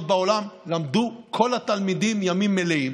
בעולם למדו כל התלמידים ימים מלאים,